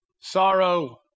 sorrow